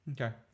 okay